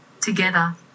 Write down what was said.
Together